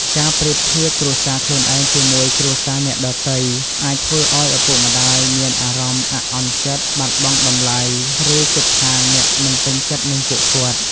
ការប្រៀបធៀបគ្រួសារខ្លួនឯងជាមួយគ្រួសារអ្នកដទៃ អាចធ្វើឲ្យឪពុកម្ដាយមានអារម្មណ៍ អាក់អន់ចិត្ត បាត់បង់តម្លៃ ឬគិតថាអ្នកមិនពេញចិត្តនឹងពួកគាត់។